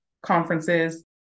Conferences